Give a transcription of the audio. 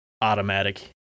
automatic